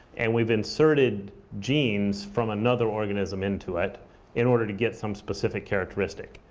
and we've inserted genes from another organism into it in order to get some specific characteristic.